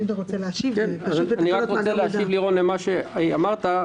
לירון, אני רוצה להשיב למה שאמרת.